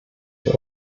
der